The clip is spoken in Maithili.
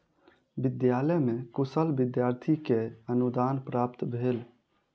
विद्यालय में कुशल विद्यार्थी के अनुदान प्राप्त भेल